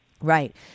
Right